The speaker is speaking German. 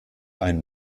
einen